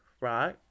right